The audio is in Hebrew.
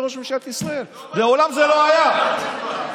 אצל ראש הממשלה זה הזירה הבין-לאומית.